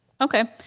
Okay